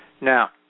Now